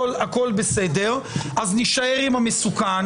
בסדר, אז נישאר עם המסוכן.